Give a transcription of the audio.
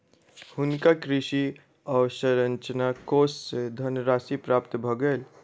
हुनका कृषि अवसंरचना कोष सँ धनराशि प्राप्त भ गेल